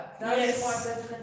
yes